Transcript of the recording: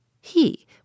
He